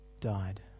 died